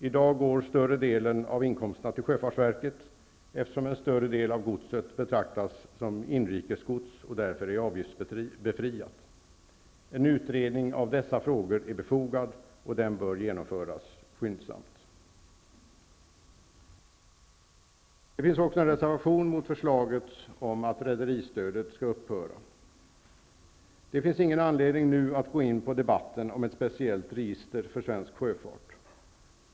I dag går större delen av inkomsterna till sjöfartsverket, eftersom större delen av godset betraktas som inrikesgods och därför är avgiftsbefriat. En utredning av dessa frågor är befogad, och den bör genomföras skyndsamt. Det finns också en reservation mot förslaget att rederistödet skall upphöra. Det finns ingen anledning att nu gå in i en debatt om ett speciellt register för svensk sjöfart.